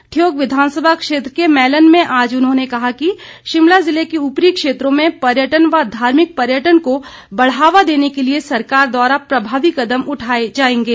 ठियोग विघानसभा क्षेत्र के मैलन में आज उन्होंने कहा कि शिमला ज़िले के ऊपरी क्षेत्रों में पर्यटन व धार्मिक पर्यटन को बढ़ावा देने के लिए सरकार द्वारा प्रभावी कदम उठाए जाएंगे